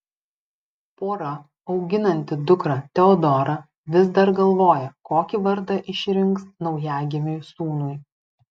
pora auginanti dukrą teodorą vis dar galvoja kokį vardą išrinks naujagimiui sūnui